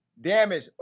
Damage